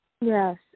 Yes